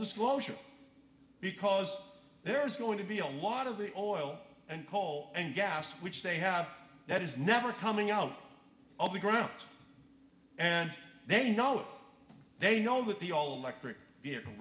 disclosure because there's going to be a lot of oil and coal and gas which they have that is never coming out of the ground and they know they know that the all